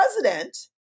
president